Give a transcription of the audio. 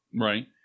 Right